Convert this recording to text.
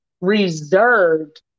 reserved